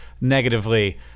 negatively